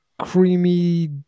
creamy